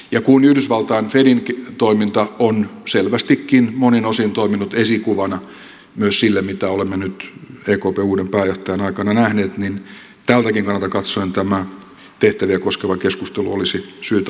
ja kun yhdysvaltain fedin toiminta on selvästikin monin osin toiminut esikuvana myös sille mitä olemme nyt ekpn uuden pääjohtajan aikana nähneet niin tältäkin kannalta katsoen tämä tehtäviä koskeva keskustelu olisi syytä avata uudelleen